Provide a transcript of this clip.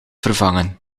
vervangen